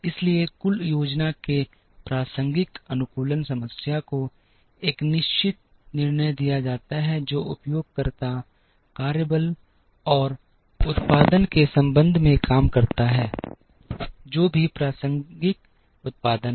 इसलिए कुल योजना के लिए प्रासंगिक अनुकूलन समस्या को एक निश्चित निर्णय दिया जाता है जो उपयोगकर्ता कार्यबल और उत्पादन के संबंध में करता है जो भी प्रासंगिक उत्पादन है